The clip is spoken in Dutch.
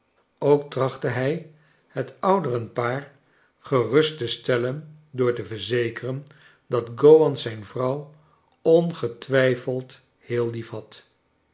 ook trachtte hij het ouderenpaar gerust te stellen door te verzekeren dat gowan zijn vrouw ongetwijfeld heel lief